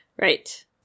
right